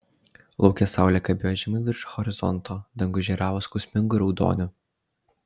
lauke saulė kabėjo žemai virš horizonto dangus žėravo skausmingu raudoniu